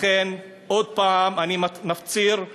לכן, עוד פעם אני מפציר: